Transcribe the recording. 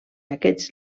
aquests